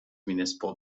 municipal